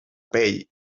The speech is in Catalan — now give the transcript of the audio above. pell